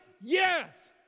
Yes